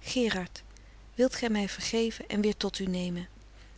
gerard wilt gij mij vergeven en weer tot u nemen